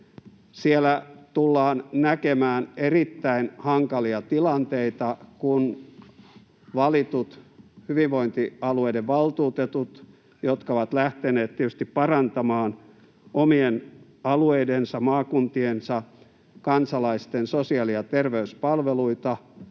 Siellä tullaan näkemään erittäin hankalia tilanteita, kun valitut hyvinvointialueiden valtuutetut, nämä luottamushenkilöt — jotka ovat tietysti lähteneet parantamaan omien alueidensa, maakuntiensa, kansalaisten sosiaali‑ ja terveyspalveluita